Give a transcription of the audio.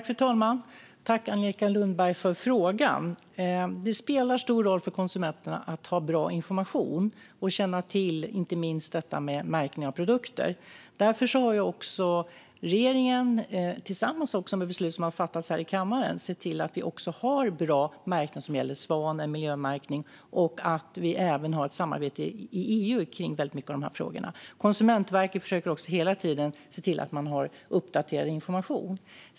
Fru talman! Jag tackar Angelica Lundberg för frågan. Det spelar stor roll för konsumenterna att ha tillgång till bra information och känna till inte minst märkningen av produkter. Därför har regeringen tillsammans med beslut som har fattats här i kammaren sett till att det finns en bra märkning i form av svanmärkning. Det finns även ett samarbete i EU i många av dessa frågor. Konsumentverket försöker också hela tiden ha uppdaterad information.